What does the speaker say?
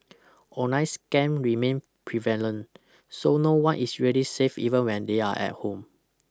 online scam remain prevalent so no one is really safe even when they're at home